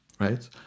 right